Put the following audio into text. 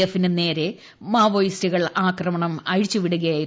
F ന് നേരെ മാവോയിസ്റ്റുകൾ ആക്രമണം അഴിച്ചു വിടുകയായിരുന്നു